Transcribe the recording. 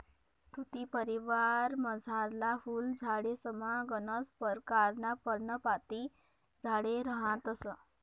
तुती परिवारमझारला फुल झाडेसमा गनच परकारना पर्णपाती झाडे रहातंस